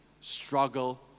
struggle